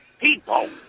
people